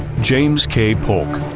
james k polk